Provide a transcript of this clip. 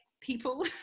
people